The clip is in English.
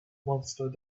monster